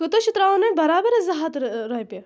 کوٗتاہ چھُ ترٛاوُن وۅنۍ برابر ہا زٕ ہَتھ رۄپیہِ